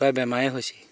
প্ৰায় বেমাৰেই হৈছে